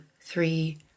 three